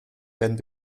werden